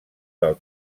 del